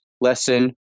lesson